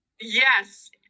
Yes